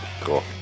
Cool